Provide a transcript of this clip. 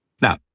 Now